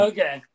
Okay